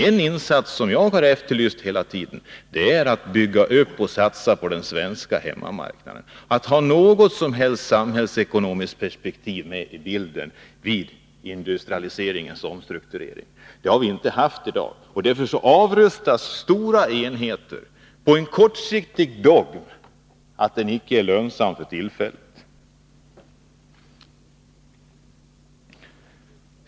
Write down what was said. En insats som jag har efterlyst hela tiden är att satsa på den svenska hemmamarknaden, att ha något slags samhällsekonomiskt perspektiv med i bilden vid industrialiseringens omstrukturering. Det har vi inte haft i dag, och därför avrustas stora enheter på grund av en kortsiktig dogm — att verksamheten inte är lönsam för tillfället.